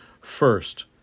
First